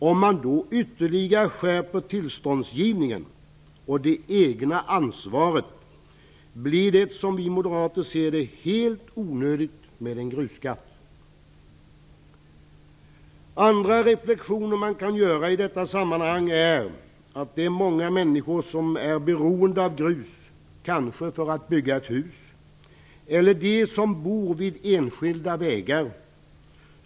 Om man ytterligare skärper tillståndsgivningen och betonar det egna ansvaret, blir det, som vi moderater ser det, helt onödigt med en grusskatt. En annan reflexion som kan göras i detta sammanhang gäller de många människor som behöver grus för att t.ex. bygga ett hus och dem som bor vid enskilda vägar.